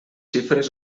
xifres